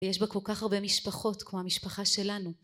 ויש בה כל כך הרבה משפחות כמו המשפחה שלנו